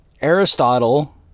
Aristotle